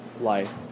life